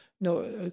no